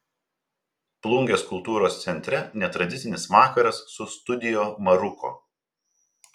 plungės kultūros centre netradicinis vakaras su studio maruko